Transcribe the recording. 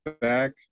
back